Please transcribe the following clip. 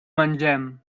mengem